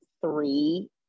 three